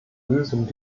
lösung